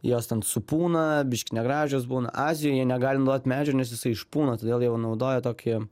jos ten supūna biški negražios būna azijoj negalim duot medžio nes jisai išpūna todėl jie jau naudoja tokį